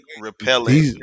repelling